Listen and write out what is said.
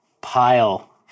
pile